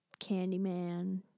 Candyman